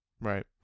Right